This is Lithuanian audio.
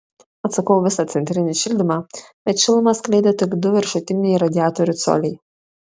atsukau visą centrinį šildymą bet šilumą skleidė tik du viršutiniai radiatorių coliai